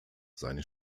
seine